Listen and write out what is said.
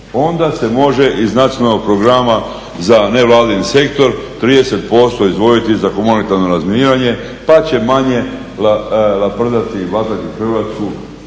onda se može iz nacionalnog programa za nevladin sektor 30% izdvojiti za humanitarno razminiranje pa će manje laprdati i … Hrvatsku